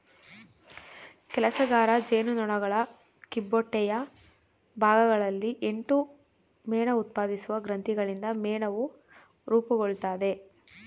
ಕೆಲಸಗಾರ ಜೇನುನೊಣಗಳ ಕಿಬ್ಬೊಟ್ಟೆಯ ಭಾಗಗಳಲ್ಲಿ ಎಂಟು ಮೇಣಉತ್ಪಾದಿಸುವ ಗ್ರಂಥಿಗಳಿಂದ ಮೇಣವು ರೂಪುಗೊಳ್ತದೆ